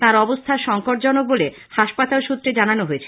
তাঁর অবস্থা সংকটজনক বলে হাসপাতাল সূত্রে জানানো হয়েছে